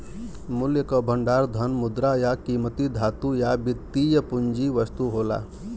मूल्य क भंडार धन, मुद्रा, या कीमती धातु या वित्तीय पूंजी वस्तु होला